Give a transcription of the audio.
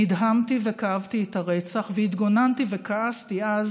נדהמתי וכאבתי את הרצח והתגוננתי וכעסתי אז